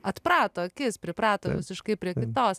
atprato akis priprato visiškai prie kitos